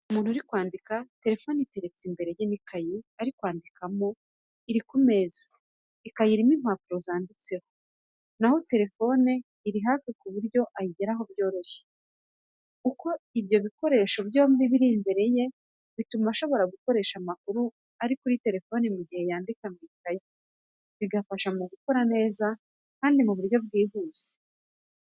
Umuntu uri kwandika telefone iteretse imbere ye n'ikayi ari kwandikamo iri ku meza. Ikayi irimo impapuro zanditseho, na ho telefone iri hafi ku buryo ayigeraho byoroshye. Uko ibyo bikoresho byombi biri imbere ye bituma ashobora gukoresha amakuru ari kuri telefone mu gihe yandika mu ikayi, bigafasha mu gukora neza kandi mu buryo bwihuse.